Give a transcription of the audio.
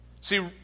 See